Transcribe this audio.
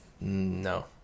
No